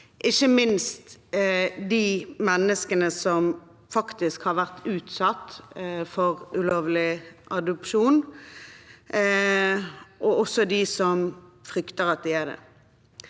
ikke minst de menneskene som faktisk har vært utsatt for ulovlig adopsjon, og også de som frykter at de har det.